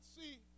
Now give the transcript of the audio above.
see